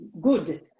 good